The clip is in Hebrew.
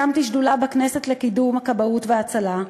הקמתי שדולה בכנסת לקידום הכבאות וההצלה,